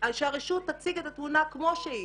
שהרשות תציג את התמונה כמו שהיא,